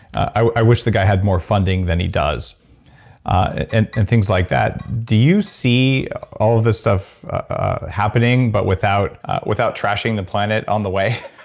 i wish the guy had more funding than he does and things like that. do you see all of this stuff ah happening, but without without trashing the planet on the way?